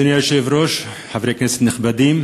אדוני היושב-ראש, חברי כנסת נכבדים,